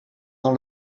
dans